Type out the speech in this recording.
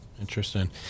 Interesting